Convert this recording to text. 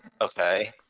Okay